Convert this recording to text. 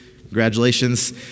Congratulations